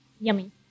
Yummy